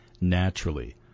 naturally